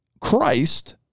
Christ